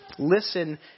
Listen